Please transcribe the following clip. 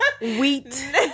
wheat